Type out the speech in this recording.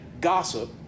gossip